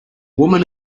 woman